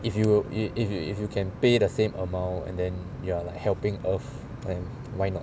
if you if you if you can pay the same amount and then you are like helping earth then why not